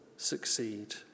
succeed